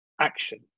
action